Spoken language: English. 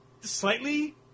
slightly